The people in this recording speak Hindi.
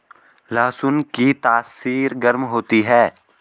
लहसुन की तासीर गर्म होती है